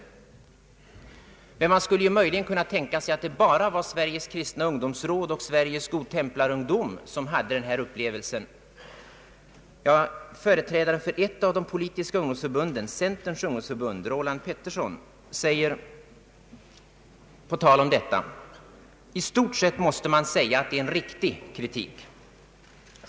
Man skulle möjligen kunna tänka sig att det bara var Sveriges Kristna ungdomsråd och Sveriges Godtemplarungdom som hade den här upplevelsen. Företrädaren för ett av de politiska ungdomsförbunden, Centerns ungdomsförbund, Roland Peterson, säger på tal om detta: ”I stort sett måste man säga, att det är en riktig kritik.